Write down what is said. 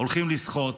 הולכים לשחות,